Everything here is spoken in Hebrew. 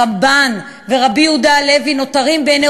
הרמב"ן ורבי יהודה הלוי נותרים בעיני